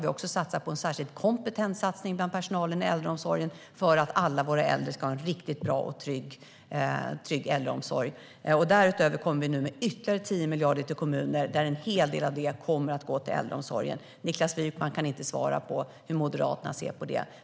Vi har också gjort en särskild kompetenssatsning bland personalen i äldreomsorgen för att alla våra äldre ska ha en riktigt bra och trygg äldreomsorg. Därutöver kommer vi nu med ytterligare 10 miljarder till kommuner, där en hel del av det kommer att gå till äldreomsorgen. Niklas Wykman kan inte svara på hur Moderaterna ser på detta.